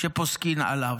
שפוסקין עליו.